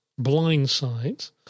blindsight